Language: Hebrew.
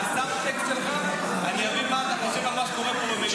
מהסאבטקסט שלך אני אבין על מה אתה חושב על מה שקורה במליאה.